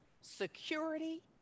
security